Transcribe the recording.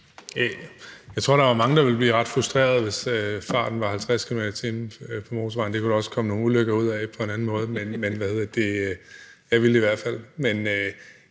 Jeg tror, at der var mange, der ville blive ret frustrerede, hvis farten var 50 km/t. på motorvejen, det kunne der også komme nogle ulykker ud af på en anden måde. Jeg ville i hvert fald.